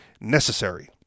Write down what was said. necessary